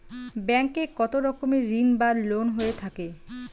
Bank এ কত রকমের ঋণ বা লোন হয়ে থাকে?